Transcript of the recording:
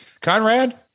conrad